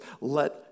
let